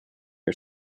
are